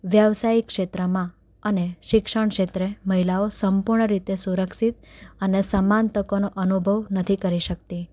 વ્યવસાયિક ક્ષેત્રમાં અને શિક્ષણ ક્ષેત્રે મહિલાઓ સંપૂર્ણ રીતે સુરક્ષિત અને સમાન તકોનો અનુભવ નથી કરી શકતી